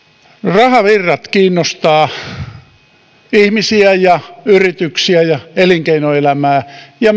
rahavirrat kiinnostavat ihmisiä yrityksiä ja elinkeinoelämää ja